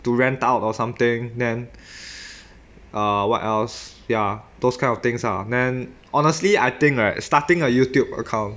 to rent out or something then err what else ya those kind of things ah then honestly I think right starting a youtube account